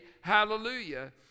hallelujah